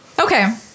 Okay